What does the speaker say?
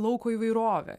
lauko įvairovę